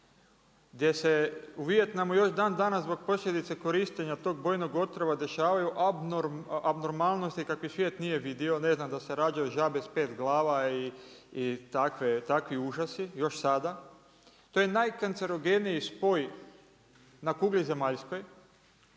gdje se u Vijetnamu još dan danas zbog posljedica korištenja tog bojnog otvora dešavaju abnormalnosti kakve svijet nije vidio, ne znam da se rađaju žabe s 5 glava i takvi užasi, još sada. To je najkancerogeniji spoj na kugli zemaljskoj.